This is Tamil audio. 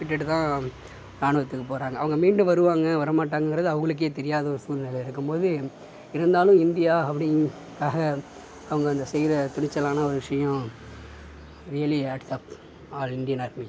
விட்டுட்டுதான் ராணுவத்துக்கு போகிறாங்க அவங்கள் மீண்டும் வருவாங்க வரமாட்டாங்கறது அவங்களுக்கே தெரியாத ஒரு சூழ்நிலை இருக்கும்போது இருந்தாலும் இந்தியா அப்படின்காக அவங்கள் அந்த செய்கிற துணிச்சலான ஒரு விஷயம் really hats off all Indian army